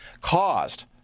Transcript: caused